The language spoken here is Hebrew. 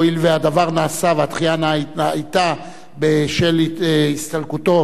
הואיל והדבר נעשה והדחייה היתה בשל הסתלקותו,